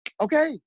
okay